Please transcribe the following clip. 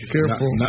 Careful